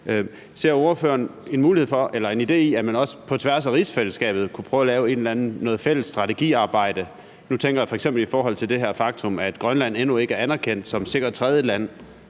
Ser ordføreren en mulighed for eller en idé i, at man også på tværs af rigsfællesskabet kunne prøve at lave noget fælles strategiarbejde? Jeg tænker f.eks. på det faktum, at Grønland endnu ikke er anerkendt som et sikkert tredjeland